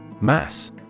Mass